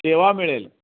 सेवा मिळेल